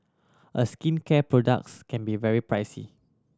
a skincare products can be very pricey